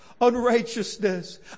unrighteousness